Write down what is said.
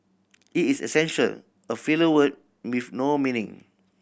it is essential a filler word with no meaning